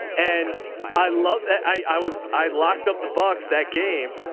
and i love that i was, i locked up the bucks that game,